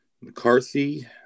McCarthy